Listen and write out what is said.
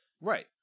Right